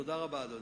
תודה רבה, אדוני.